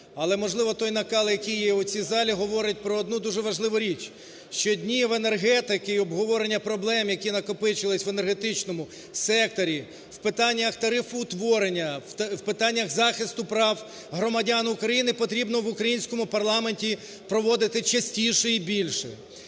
Але можливо тойнакал, який є у цій залі, говорить про одну дуже важливу річ, що днів енергетики і обговорення проблем, які накопичилися в енергетичному секторі, в питаннях тарифоутворення, в питаннях захисту прав громадян України потрібно в українському парламенті проводити частіше і більше.